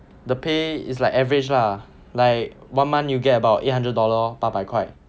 the pay is like average lah like one month you get about eight hundred dollar 八百块